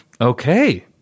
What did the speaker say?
Okay